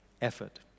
effort